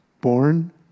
Born